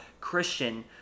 Christian